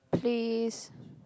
please